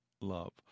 love